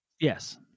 Yes